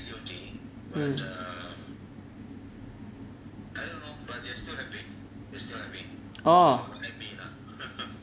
mm oh